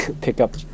pickup